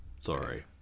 sorry